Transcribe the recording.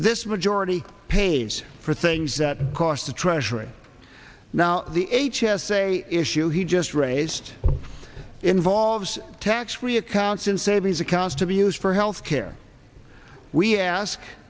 this majority pays for things that cost the treasury now the h s a issue he just raised involves tax free accounts in savings accounts to be used for health care we ask